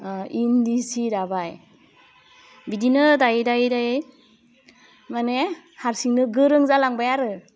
इन्दि सि दाबाय बिदिनो दायै दायै दायै माने हारसिंनो गोरों जालांबाय आरो